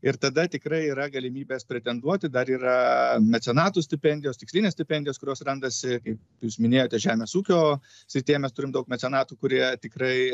ir tada tikrai yra galimybės pretenduoti dar yra mecenatų stipendijos tikslinės stipendijos kurios randasi kaip jūs minėjote žemės ūkio srityje mes turim daug mecenatų kurie tikrai